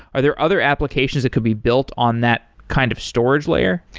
are there other applications that could be built on that kind of storage layer?